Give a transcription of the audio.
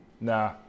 Nah